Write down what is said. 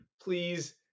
please